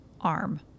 arm